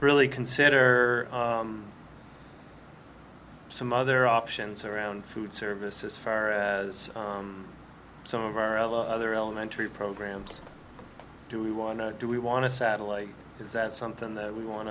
really consider some other options around food service as far as some of our other elementary programs do we want to do we want to satellite is that something that we want